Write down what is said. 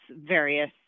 various